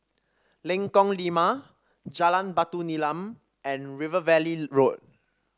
Lengkong Lima Jalan Batu Nilam and River Valley Road